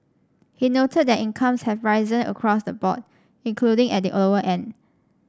he noted that incomes have risen across the board including at the lower end